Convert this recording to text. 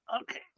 Okay